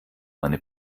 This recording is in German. eine